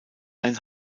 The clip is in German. ein